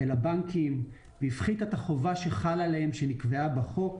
על הבנקים והפחיתה את החובה שחלה עליהם שנקבעה בחוק.